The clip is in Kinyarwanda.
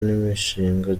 n’imishinga